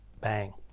bang